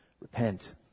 Repent